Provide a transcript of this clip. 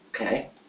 Okay